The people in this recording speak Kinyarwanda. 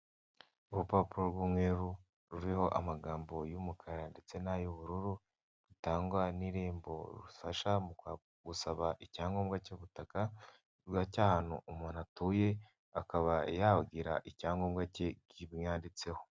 Urupapuro rw'umweru ruriho amagambo y'umukara ndetse nay'ubururu gitangwa n'irembo rufasha mu gusaba icyangombwa cy'ubutaka cyahantu umuntu atuye akaba yagira icyangombwa cye kimwanditseho.